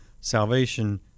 salvation